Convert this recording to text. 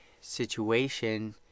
situation